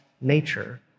nature